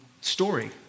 story